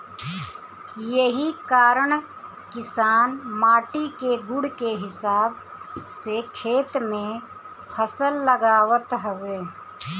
एही कारण किसान माटी के गुण के हिसाब से खेत में फसल लगावत हवे